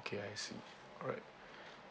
okay I see alright